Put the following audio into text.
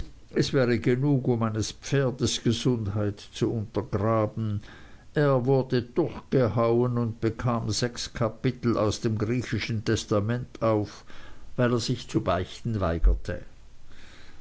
es wäre genug um eines pferdes gesundheit zu untergraben wurde er durchgehauen und bekam sechs kapitel aus dem griechischen testament auf weil er sich zu beichten weigerte